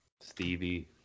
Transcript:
Stevie